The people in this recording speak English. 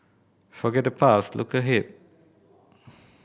forget the past look ahead